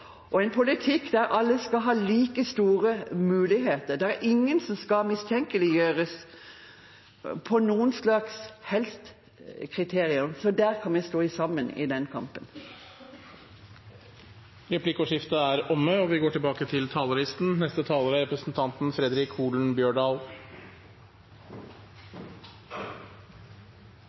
med en politikk der alle skal ha like muligheter, og der ingen skal mistenkeliggjøres ut fra noe som helst kriterium. Så vi kan stå sammen i den kampen. Replikkordskiftet er omme.